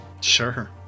sure